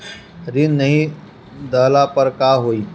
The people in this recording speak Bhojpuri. ऋण नही दहला पर का होइ?